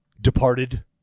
departed